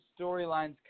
storylines